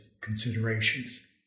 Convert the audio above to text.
considerations